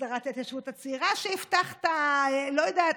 הסדרת ההתיישבות הצעירה שהבטחת, לא יודעת,